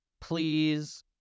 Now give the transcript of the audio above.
please